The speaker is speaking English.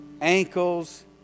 ankles